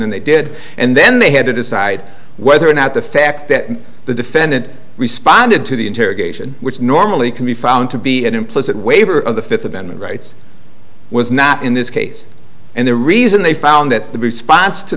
and they did and then they had to decide whether or not the fact that the defendant responded to the interrogation which normally can be found to be an implicit waiver of the fifth amendment rights was not in this case and the reason they found that the